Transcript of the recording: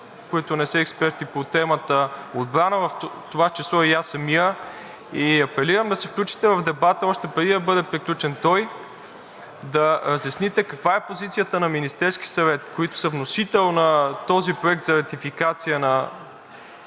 които не са експерти по темата „Отбрана“, в това число и аз самият. Апелирам да се включите в дебата още преди да бъде приключен той, за да разясните каква е позицията на Министерския съвет, които са вносител на този проект за ратификация на